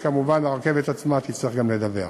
וכמובן הרכבת עצמה תצטרך גם לדווח.